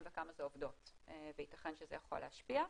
וכמה זה עובדות וייתכן שזה יכול להשפיע.